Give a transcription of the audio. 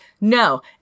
No